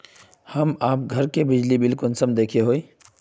हम आप घर के बिजली बिल कुंसम देखे हुई?